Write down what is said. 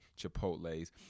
Chipotle's